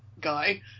guy